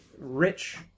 rich